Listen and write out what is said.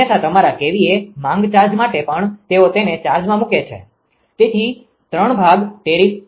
અન્યથા તમારા kVA માંગ ચાર્જ માટે પણ તેઓ તેને ચાર્જમાં મૂકે છે તેથી ત્રણ ભાગ ટેરીફ